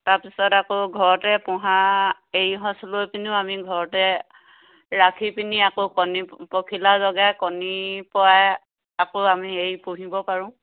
তাৰপাছত আকৌ ঘৰতে পোহা এৰী সঁচ লৈ পিনেও আমি ঘৰতে ৰাখি পিনি আকৌ কণী পখিলা জগাই কণী পৰাই আকৌ আমি এৰী পুহিব পাৰোঁ